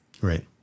Right